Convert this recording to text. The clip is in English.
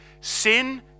sin